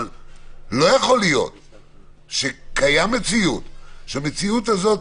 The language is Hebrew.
אבל לא יכול להיות שקיימת מציאות והמציאות הזאת